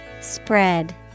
Spread